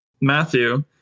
Matthew